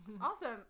Awesome